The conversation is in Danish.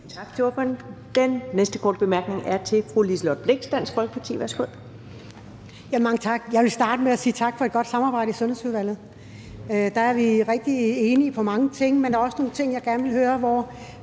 ordføreren. Den næste korte bemærkning er til fru Liselott Blixt, Dansk Folkeparti. Værsgo.